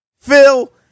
Phil